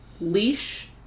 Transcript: leash